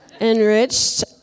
Enriched